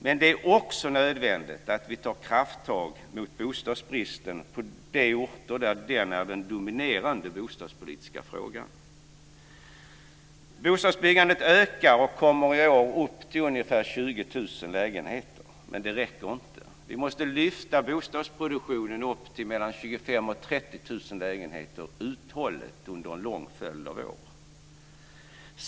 Men det är också nödvändigt att vi tar krafttag mot bostadsbristen på de orter där den är den dominerande bostadspolitiska frågan. Bostadsbyggandet ökar och kommer i år upp till ungefär 20 000 lägenheter. Det räcker inte. Vi måste lyfta bostadsproduktionen till mellan 25 000 och 30 000 under en lång följd av år.